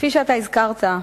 כפי שאתה הזכרת,